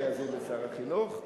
אני אאזין לשר החינוך,